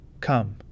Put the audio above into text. Come